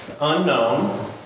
unknown